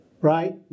right